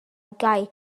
gau